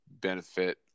benefit